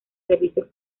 servicios